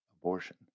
abortion